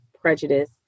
prejudice